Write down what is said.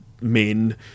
men